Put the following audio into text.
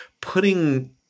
putting